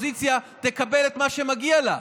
שהאופוזיציה תקבל את מה שמגיע לה.